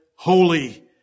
Holy